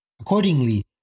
Accordingly